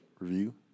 review